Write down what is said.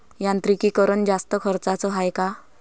यांत्रिकीकरण जास्त खर्चाचं हाये का?